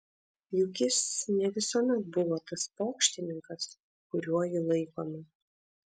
juk jis ne visuomet buvo tas pokštininkas kuriuo jį laikome